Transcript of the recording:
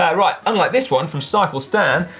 right, unlike this one from cyclestan.